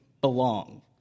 belong